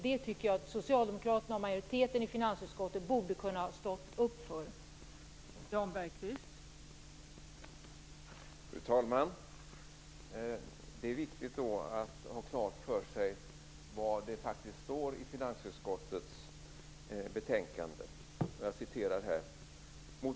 Jag tycker att Socialdemokraterna och majoriteten i finansutskottet borde ha stått upp för det.